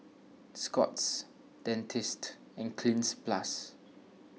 Scott's Dentiste and Cleanz Plus